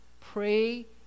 pray